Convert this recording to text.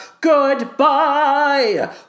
Goodbye